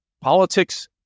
politics